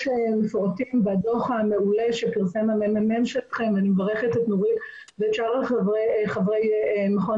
אני מברכת את נורית ואת שאר חברי מרכז